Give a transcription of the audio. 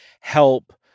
help